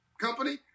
company